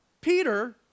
Peter